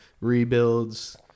rebuilds